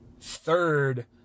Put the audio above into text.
Third